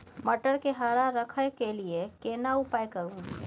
मटर के हरा रखय के लिए केना उपाय करू?